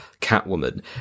Catwoman